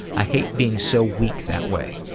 i hate being so weak that way.